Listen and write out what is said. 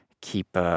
keep